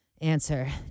answer